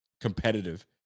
competitive